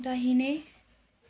दाहिने